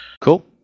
cool